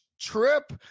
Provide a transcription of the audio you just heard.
trip